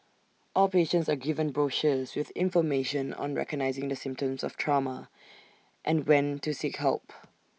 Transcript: all patients are given brochures with information on recognising the symptoms of trauma and when to seek help